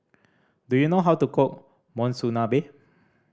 do you know how to cook Monsunabe